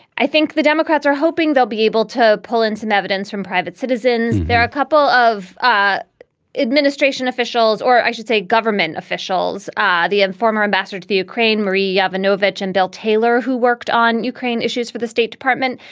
i think the democrats are hoping they'll be able to pull in some evidence from private citizens. there are a couple of ah administration officials or i should say government officials ah the and former ambassador to the ukraine marie ah ivanovich and bill taylor who worked on ukraine issues for the state department.